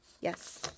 Yes